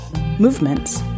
movements